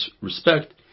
respect